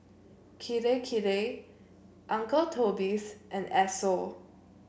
Kirei Kirei Uncle Toby's and Esso